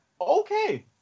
Okay